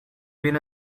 been